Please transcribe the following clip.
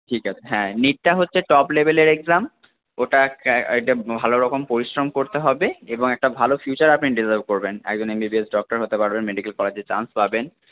ঠিক আছে হ্যাঁ নীটটা হচ্ছে টপ লেভেলের এগজ্যাম ওটায় ভালোরকম পরিশ্রম করতে হবে এবং একটা ভালো ফিউচার আপনি ডিসার্ভ করবেন একজন এমবিবিএস ডক্টর হতে পারবেন মেডিকেল কলেজে চান্স পাবেন এবং